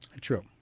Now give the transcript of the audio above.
True